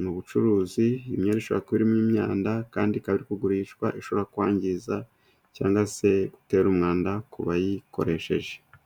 ni ubucuruzi imyenda ishobora kuba irimo imyanda kandi ikaba iri kugurishwa, ishobora kwangiza cyangwa se gutera umwanda ku bayikoresheje.